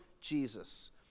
Jesus